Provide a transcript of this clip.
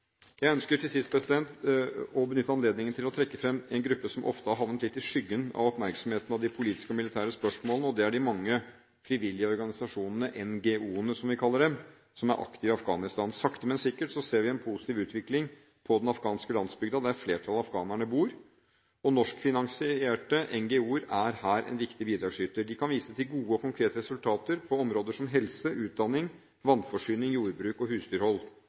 Jeg ønsker til sist å benytte anledningen til å trekke fram en gruppe som ofte har havnet litt i skyggen av oppmerksomheten til de politiske og militære spørsmålene, og det er de mange frivillige organisasjonene – NGO-ene som vi kaller dem – som er aktive i Afghanistan. Sakte, men sikkert ser vi en positiv utvikling på den afghanske landsbygda der flertallet av afghanerne bor. Norskfinansierte NGO-er er her en viktig bidragsyter. De kan vise til gode og konkrete resultater på områder som helse, utdanning, vannforsyning, jordbruk og husdyrhold,